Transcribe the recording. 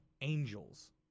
Angels